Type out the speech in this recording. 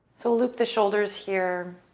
so loop the shoulders here